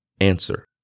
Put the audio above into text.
Answer